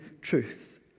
truth